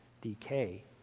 decay